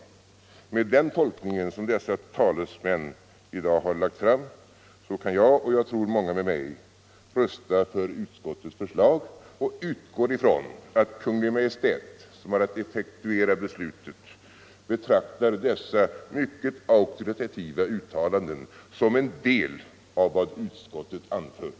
Med den tolkning utskottsmajoritetens talesmän i dag lagt fram kan jag och, som jag tror, många med mig rösta för utskottets förslag. Jag utgår från att Kungl. Maj:t som har att effektuera beslutet betraktar dessa mycket auktoritativa uttalanden som en del av vad utskottet anfört.